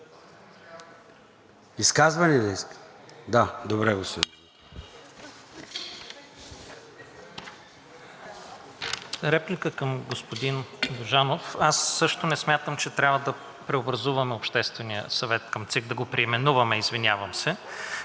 (Продължаваме Промяната): Реплика към господин Божанов. Аз също не смятам, че трябва да преобразуваме Обществения съвет към ЦИК, да го преименуваме, извинявам се.